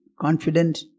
confident